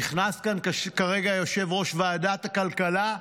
נכנס לכאן כרגע יושב-ראש ועדת הכלכלה,